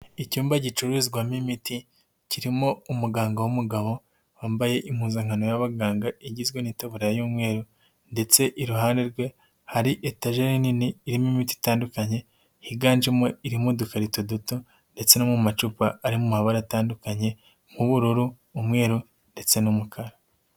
Icyumba gicuruzwamo imiti, kirimo umuganga w'umugabo, wambaye impuzankano y'abaganga igizwe n'itaburya y'umweru, ndetse iruhande rwe, hari etajeri nini irimo imiti itandukanye, higanjemo iri mu dukarito duto, ndetse no mu macupa ari mu mabara atandukanye, nk'ubururu, umweru, ndetse n'umukara.